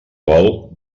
vol